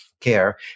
care